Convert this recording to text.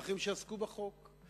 ואחרים שעסקו בחוק.